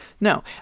No